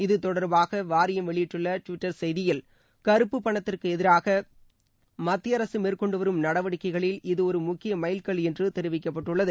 இத்தொடர்பாக வாரியம் வெளியிட்டுள்ள டிவிட்டர் செய்தியில் கருப்பு பணத்திற்கு எதிராக மத்திய அரசு மேற்கொண்டுவரும் நடவடிக்கைகளில் இது ஒரு முக்கிய மைல்கல் என்று தெரிவிக்கப்பட்டுள்ளது